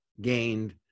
gained